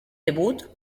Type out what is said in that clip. debut